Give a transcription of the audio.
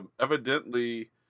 Evidently